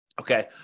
okay